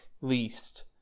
least